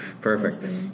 Perfect